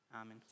Amen